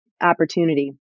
opportunity